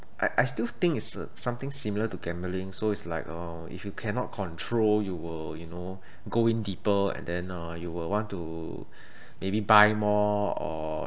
I I still think it's something similar to gambling so it's like oh if you cannot control you will you know go in deeper and then uh you will want to maybe buy more or